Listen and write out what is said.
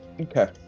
Okay